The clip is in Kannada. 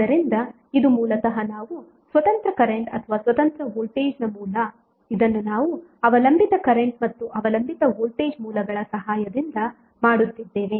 ಆದ್ದರಿಂದ ಇದು ಮೂಲತಃ ನಾವು ಸ್ವತಂತ್ರ ಕರೆಂಟ್ ಅಥವಾ ಸ್ವತಂತ್ರ ವೋಲ್ಟೇಜ್ನ ಮೂಲ ಇದನ್ನು ನಾವು ಅವಲಂಬಿತ ಕರೆಂಟ್ ಮತ್ತು ಅವಲಂಬಿತ ವೋಲ್ಟೇಜ್ ಮೂಲಗಳ ಸಹಾಯದಿಂದ ಮಾಡುತ್ತಿದ್ದೇವೆ